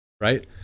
right